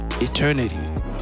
eternity